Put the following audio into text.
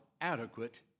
adequate